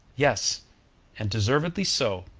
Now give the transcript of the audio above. yes and deservedly so,